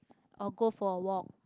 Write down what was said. or go for a walk